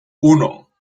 uno